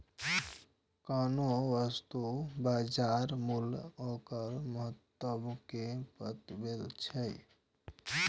कोनो वस्तुक बाजार मूल्य ओकर महत्ता कें बतबैत छै